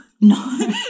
no